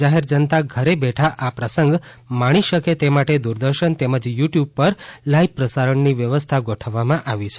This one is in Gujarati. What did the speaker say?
જાહેર જનતા ઘરે બેઠા આ પ્રસંગ માણી શકે તે માટે દૂરદર્શન તેમજ યુ ટ્યુબ પર લાઇવ પ્રસારણની વ્યવસ્થા ગોઠવવામાં આવી છે